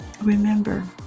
Remember